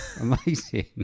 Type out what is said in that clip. Amazing